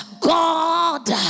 God